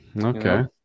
Okay